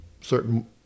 certain